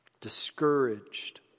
Discouraged